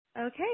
Okay